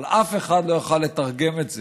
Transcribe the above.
אבל אף אחד לא יוכל לתרגם את זה.